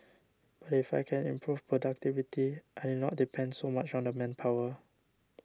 but if I can improve productivity I need not depend so much on the manpower